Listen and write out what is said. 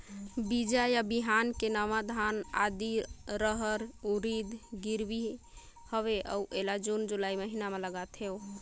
बीजा या बिहान के नवा धान, आदी, रहर, उरीद गिरवी हवे अउ एला जून जुलाई महीना म लगाथेव?